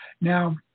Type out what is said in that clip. Now